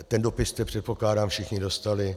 Ten dopis jste, předpokládám, všichni dostali.